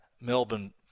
Melbourne